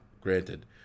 granted